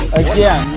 again